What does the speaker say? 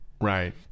Right